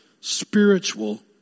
spiritual